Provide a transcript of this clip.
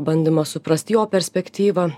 bandymo suprast jo perspektyvą